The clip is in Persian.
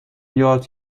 یاد